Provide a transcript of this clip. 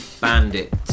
bandit